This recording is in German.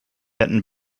hätten